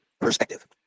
perspective